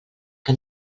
que